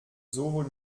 sowohl